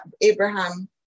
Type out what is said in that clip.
Abraham